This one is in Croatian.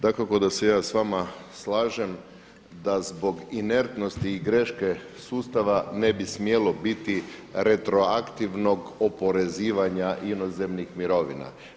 Dakako da se ja sa vama slažem da zbog inertnosti i greške sustava ne bi smjelo biti retroaktivnog oporezivanja inozemnih mirovina.